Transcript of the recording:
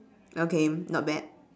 okay not bad